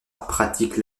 pratique